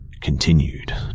Continued